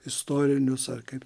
istorinius ar kaip